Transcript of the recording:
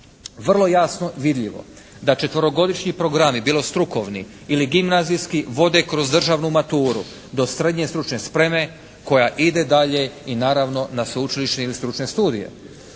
vrlo jasno vidljivo da četverogodišnji programi, bilo strukovni ili gimnazijski vode kroz državnu maturu do srednje stručne spreme koja ide dalje i naravno na sveučilišne ili stručne studije.